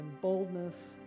boldness